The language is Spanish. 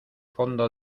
fondo